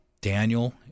Daniel